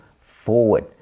forward